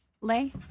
lay